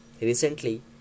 Recently